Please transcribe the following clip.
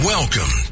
Welcome